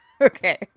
okay